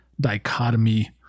dichotomy